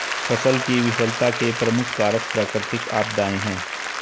फसल की विफलता के प्रमुख कारक प्राकृतिक आपदाएं हैं